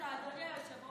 סכסכן אתה, אדוני היושב-ראש.